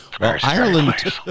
Ireland